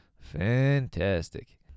Fantastic